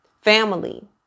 Family